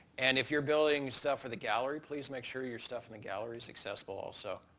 and if you're building stuff for the gallery, please make sure your stuff in the gallery is accessible also.